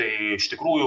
tai iš tikrųjų